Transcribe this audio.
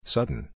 Sudden